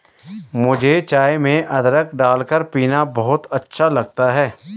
मुझे चाय में अदरक डालकर पीना बहुत अच्छा लगता है